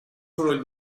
soroll